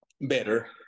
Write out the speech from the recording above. better